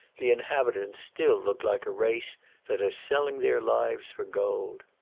the inhabitants still look like a race that are selling their lives for gold.